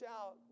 out